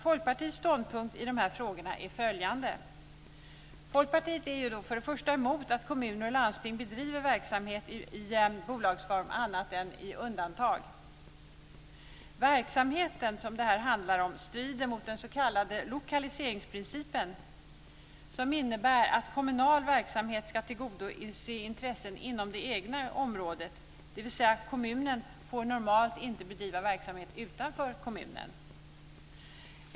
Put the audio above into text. Folkpartiets ståndpunkt i de här frågorna är följande: Folkpartiet är först och främst emot att kommuner och landsting bedriver verksamhet i bolagsform annat än i undantagsfall. Den verksamhet det här handlar om strider mot den s.k. lokaliseringsprincipen, som innebär att kommunal verksamhet ska tillgodose intressen inom det egna området. Kommunen får alltså normalt inte bedriva verksamhet utanför kommunen.